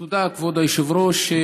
תודה, כבוד היושב-ראש.